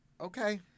Okay